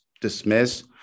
Dismiss